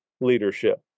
leadership